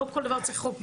לא כל דבר צריך חוק.